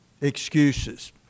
excuses